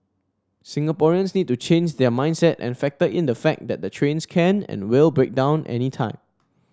Singaporeans need to change their mindset and factor in the fact that the trains can and will break down anytime